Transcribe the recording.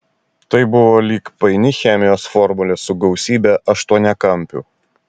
tai buvo lyg paini chemijos formulė su gausybe aštuoniakampių